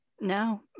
No